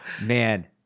Man